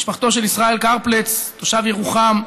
משפחתו של ישראל קרפלץ, תושב ירוחם,